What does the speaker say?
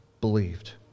believed